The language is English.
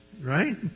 right